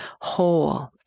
whole